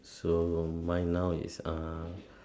so mine now is uh